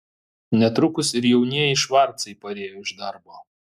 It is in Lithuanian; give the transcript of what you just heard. netrukus ir jaunieji švarcai parėjo iš darbo